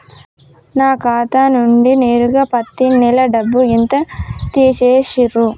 నా ఖాతా నుండి నేరుగా పత్తి నెల డబ్బు ఎంత తీసేశిర్రు?